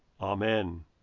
Amen